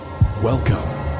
Welcome